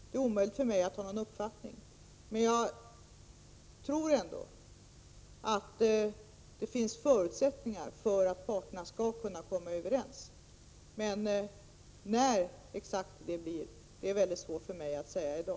Det är omöjligt för mig att ha någon uppfattning i det avseendet. Men jag tror ändå att det finns förutsättningar för att parterna skall komma överens. Men exakt när det blir är det, som sagt, väldigt svårt för mig att säga i dag.